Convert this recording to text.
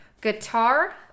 Guitar